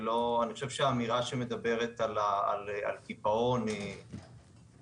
לכן אני חושב שהאמירה שמדברת על קיפאון לא